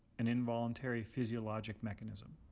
an involuntary physiologic mechanism.